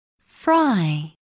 fry